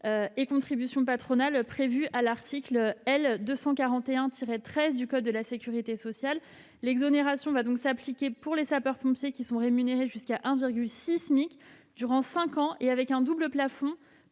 et contributions patronales prévue à l'article L. 241-13 du code de la sécurité sociale. L'exonération va donc s'appliquer pour les sapeurs-pompiers qui sont rémunérés jusqu'à 1,6 SMIC durant cinq ans et avec un double plafond